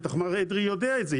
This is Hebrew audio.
בטח מר אדרי יודע את זה.